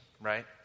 right